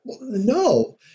No